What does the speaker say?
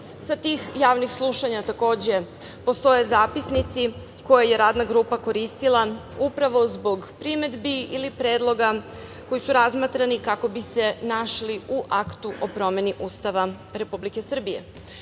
Sa tih javnih slušanja takođe postoje zapisnici koje je Radna grupa koristila upravo zbog primedbi ili predloga koji su razmatrani kako bi se našli u aktu o promeni Ustava Republike Srbije. Na